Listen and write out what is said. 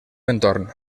entorn